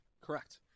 Correct